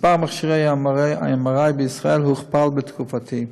מספר מכשירי ה-MRI בישראל הוכפל בתקופתי.